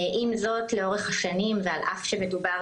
עם זאת, לאורך השנים ועל אף שמדובר